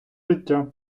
життя